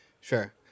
sure